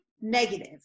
negative